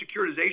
securitization